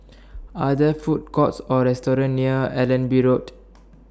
Are There Food Courts Or restaurants near Allenby Road